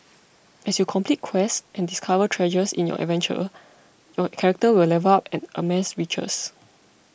as you complete quests and discover treasures in your adventure your character will level up and amass riches